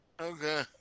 Okay